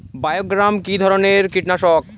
বায়োগ্রামা কিধরনের কীটনাশক?